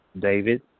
David